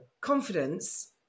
confidence